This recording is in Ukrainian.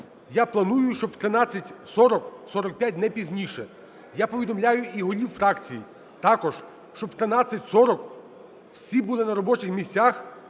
Я планую, щоб в 13:40, 45 – не пізніше, я повідомляю і голів фракцій також, щоб в 13:40 всі були на робочих місцях